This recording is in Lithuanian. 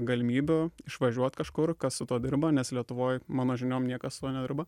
galimybių išvažiuot kažkur kas su tuo darba nes lietuvoj mano žiniom niekas su juo nedirba